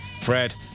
Fred